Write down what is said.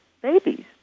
babies